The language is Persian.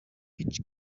هیچ